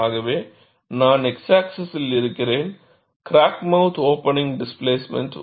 ஆகவே நான் x axis இருக்கிறேன் கிராக் மௌத் ஓபனிங் டிஸ்பிளாஸ்ட்மென்ட்